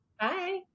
Bye